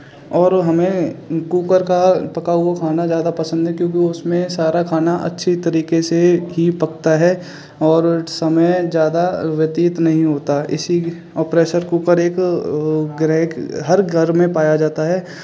और हमें कूकर का पका हुआ खाना ज़्यादा पसंद है क्योंकि उसमें सारा खाना अच्छी तरीके से ही पकता है और समय ज़्यादा व्यतीत नहीं होता है इसीलिए और प्रेशर कूकर एक ग्रहिक हर घर में पाया जाता है